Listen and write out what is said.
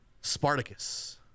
spartacus